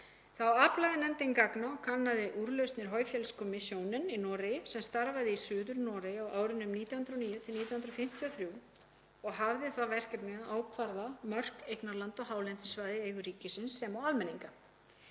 Þá aflaði nefndin gagna og kannaði úrlausnir Høfjellskommisjonen í Noregi sem starfaði í Suður-Noregi á árunum 1909–1953 og hafði það verkefni að ákvarða mörk eignarlanda og hálendissvæða í eigu ríkisins sem og almenninga.